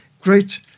great